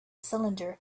cylinder